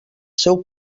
seu